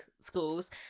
schools